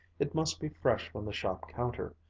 it must be fresh from the shop-counter,